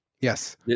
Yes